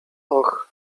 och